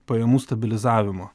pajamų stabilizavimo